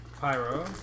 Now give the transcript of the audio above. Pyro